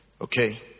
Okay